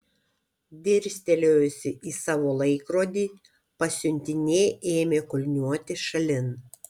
dirstelėjusi į savo laikrodį pasiuntinė ėmė kulniuoti šalin